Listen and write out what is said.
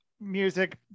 music